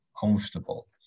comfortable